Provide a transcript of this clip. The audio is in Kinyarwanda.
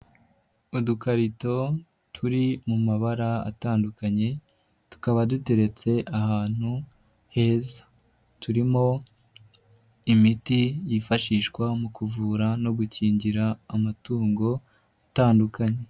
Udukarito turi mu mabara atandukanye, tukaba duteretse ahantu heza. Turimo imiti yifashishwa mu kuvura no gukingira amatungo, atandukanye.